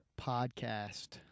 Podcast